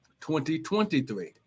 2023